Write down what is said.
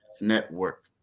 Network